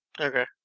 Okay